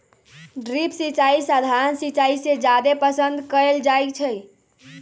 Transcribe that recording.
drip सिंचाई सधारण सिंचाई से जादे पसंद कएल जाई छई